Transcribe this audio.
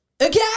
okay